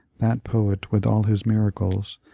that poet, with all his miracles,